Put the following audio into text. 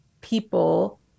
people